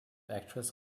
actress